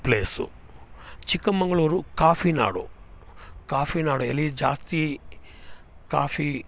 place Chikkamagaluru coffee ನಾಡು ಕಾಫಿನಾಡಲ್ಲಿ ಜಾಸ್ತಿ ಕಾಫಿ